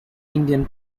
indian